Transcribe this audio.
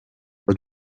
what